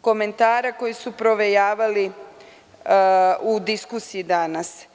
komentara koji su provejavali u diskusiji danas.